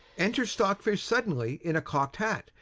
enter stockfish suddenly in a cocked hat,